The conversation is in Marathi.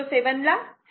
07 ला 7